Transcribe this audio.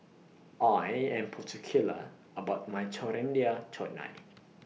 I Am particular about My Coriander Chutney